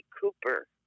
Cooper